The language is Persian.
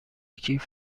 کیف